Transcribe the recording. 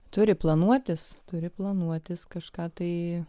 turi planuotis turi planuotis kažką tai